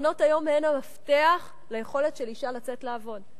מעונות היום הם המפתח ליכולת של אשה לצאת לעבוד.